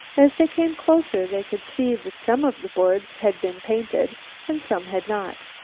as they came closer they could see that some of the boards had been painted and some had not.